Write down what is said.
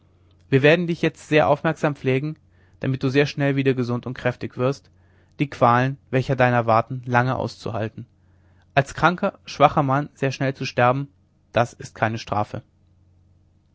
wir werden dich sehr aufmerksam pflegen damit du sehr schnell wieder gesund und kräftig wirst die qualen welche deiner warten lange auszuhalten als kranker schwacher mann sehr schnell zu sterben das ist keine strafe